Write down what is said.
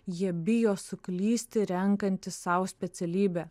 jie bijo suklysti renkantis sau specialybę